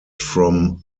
from